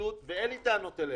אין לי טענות אליך.